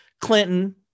clinton